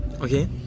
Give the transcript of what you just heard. Okay